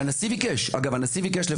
שאגב הנשיא ביקש.